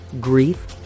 grief